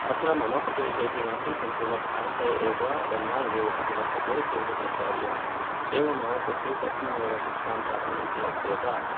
अत्र मम प्रदेशे इति नास्ति सम्पूर्णभारते एव एन् ऐ ओ एस् इति वर्तते केन्द्रसर्कारियः एवं मम पति तस्मिन् एव शिक्षां प्राप्नुवन्ती अस्ति यथआ